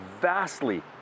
vastly